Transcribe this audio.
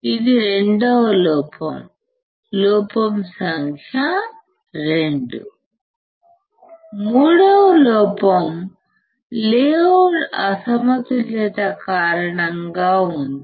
ఇది రెండవ లోపం లోపం సంఖ్య 2 మూడవ లోపం లేఅవుట్ అసమతుల్యత కారణంగా ఉంది